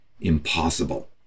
impossible